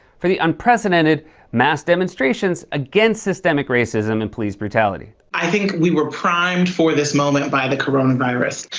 for the unprecedented mass demonstrations against systemic racism and police brutality. i think we were primed for this moment by the coronavirus.